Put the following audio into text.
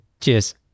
cheers